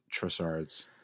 Trossard's